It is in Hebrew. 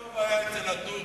כמה טוב היה אצל הטורקים.